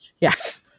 Yes